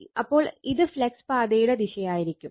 അപ്പോൾ ഇത് ഫ്ലക്സ് പാതയുടെ ദിശയായിരിക്കും